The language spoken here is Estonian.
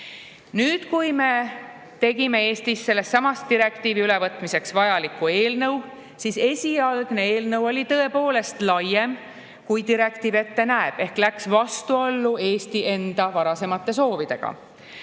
Nüüd, kui me tegime Eestis sellesama direktiivi ülevõtmiseks vajaliku eelnõu, siis esialgne eelnõu oli tõepoolest laiem, kui direktiiv ette näeb, ehk läks vastuollu Eesti enda varasemate soovidega.